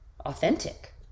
authentic